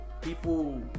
people